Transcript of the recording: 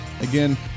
Again